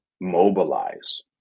mobilize